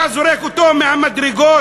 אתה זורק אותו מהמדרגות?